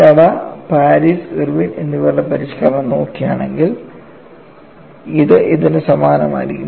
ടഡ Paris Irwin എന്നിവരുടെ പരിഷ്ക്കരണം നോക്കുകയാണെങ്കിൽ ഇത് ഇതിന് സമാനമായിരിക്കും